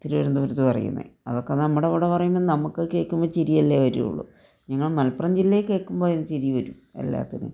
തിരുവന്തപുരത്ത് പറയുന്നത് അതൊക്കെ നമ്മുടെ ഇവിടെ പറയുമ്പോൾ നമുക്ക് കേൾക്കുമ്പോൾ ചിരിയല്ലേ വരുള്ളൂ ഞങ്ങൾ മലപ്പുറം ജില്ലയിൽ കേൾക്കുമ്പോൾ ചിരി വരും എല്ലാത്തിനും